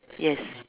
yes